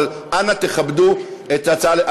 אבל אנא תכבדו את ההצעה,